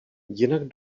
jinak